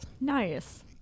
Nice